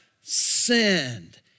Sinned